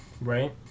Right